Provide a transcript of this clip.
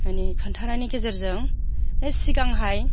माने खोन्थानायनि गेजेरजों नो सिगांहाय